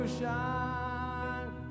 shine